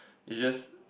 it's just